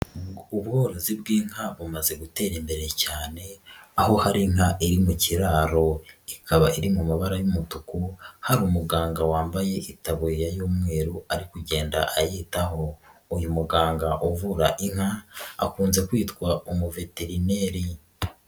Ubworozi bw'inka bumaze gutera imbere cyane aho hari inka iri mu kiraro ikaba iri mu mabara y'umutuku hari umuganga wambaye itaburiya y'umweru ari kugenda ayitaho, uyu muganga uvura inka akunze kwitwa umuveterineri.